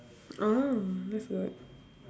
oh that's good